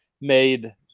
made